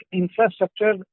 infrastructure